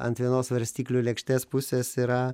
ant vienos svarstyklių lėkštės pusės yra